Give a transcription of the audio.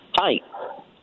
Hi